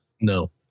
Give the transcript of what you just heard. No